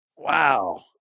Wow